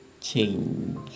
Change